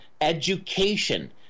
education